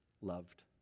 loved